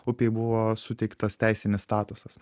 upei buvo suteiktas teisinis statusas